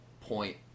point